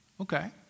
Okay